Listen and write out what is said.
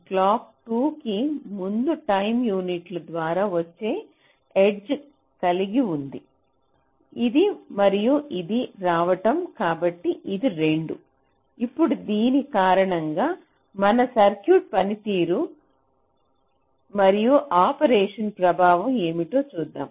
clock 2 కి ముందు time యూనిట్ల ద్వారా వచ్చే ఎడ్జ్ కలిగి ఉంటుంది ఇది మరియు ఇది రావడం కాబట్టి ఇది 2 ఇప్పుడు దీని కారణంగా మన సర్క్యూట్ పనితీరు మరియు ఆపరేషన్పై ప్రభావం ఏమిటో చూద్దాం